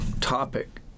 topic